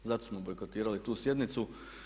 Zato smo bojkotirali tu sjednicu.